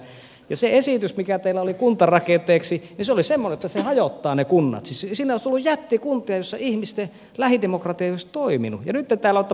se esitys mikä teillä oli kuntarakenteeksi oli semmoinen että se hajottaa ne kunnat siis sinne olisi tullut jättikuntia joissa ihmisten lähidemokratia ei olisi toiminut